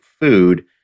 food